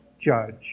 judge